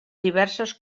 diverses